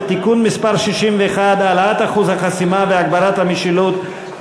(תיקון מס' 61) (העלאת אחוז החסימה והגברת המשילות),